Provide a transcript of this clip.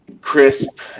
crisp